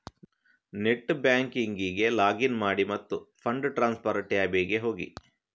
net ಬ್ಯಾಂಕಿಂಗಿಗೆ login ಮಾಡಿ ಮತ್ತು ಫಂಡ್ ಟ್ರಾನ್ಸ್ಫರ್ ಟ್ಯಾಬಿಗೆ ಹೋಗಿ